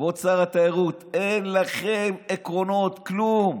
כבוד שר התיירות, אין לכם עקרונות, כלום.